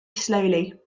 slowly